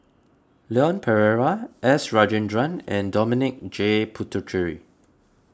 Leon Perera S Rajendran and Dominic J Puthucheary